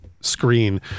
screen